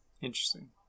Interesting